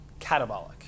catabolic